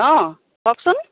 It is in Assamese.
অঁ কওকচোন